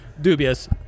dubious